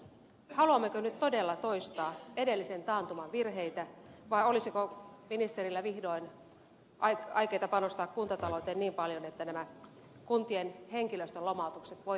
haluammeko nyt todella toistaa edellisen taantuman virheitä vai olisiko ministerillä vihdoin aikeita panostaa kuntatalouteen niin paljon että nämä kuntien henkilöstön lomautukset voitaisiin lopettaa